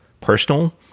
personal